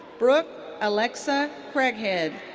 brooke alexa craghead.